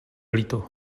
líto